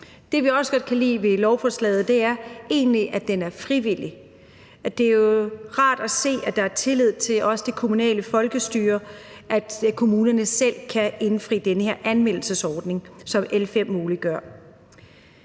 Det, vi også godt kan lide ved lovforslaget, er, at det bygger på frivillighed. Det er rart at se, at der er tillid til det kommunale folkestyre, så kommunerne selv kan indfri den her anmeldelsesordning, som L 5 muliggør.